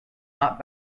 not